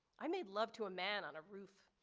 i made love to a man on a roof.